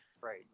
Right